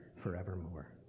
forevermore